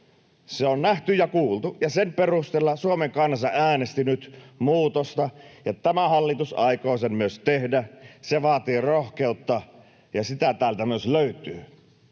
Se on nähty ja kuultu, ja sen perusteella Suomen kansa äänesti muutosta, ja tämä hallitus aikoo sen myös tehdä. Se vaatii rohkeutta, ja sitä täältä myös löytyy.